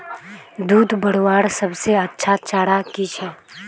दूध बढ़वार सबसे अच्छा चारा की छे?